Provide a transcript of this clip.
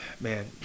man